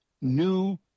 new